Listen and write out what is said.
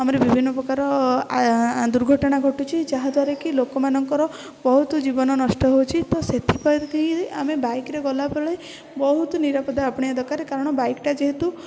ଆମର ବିଭିନ୍ନ ପ୍ରକାର ଦୁର୍ଘଟଣା ଘଟୁଛି ଯାହାଦ୍ୱାରା କି ଲୋକମାନଙ୍କର ବହୁତ ଜୀବନ ନଷ୍ଟ ହେଉଛି ତ ସେଥିପ୍ରତି ଆମେ ବାଇକରେ ଗଲାବେଳେ ବହୁତ ନିରାପତ୍ତା ଆପଣେଇବା ଦରକାର କାରଣ ବାଇକଟା ଯେହେତୁ